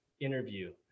interview